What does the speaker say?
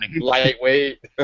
Lightweight